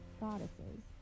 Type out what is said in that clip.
goddesses